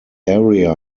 area